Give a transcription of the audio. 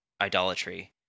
idolatry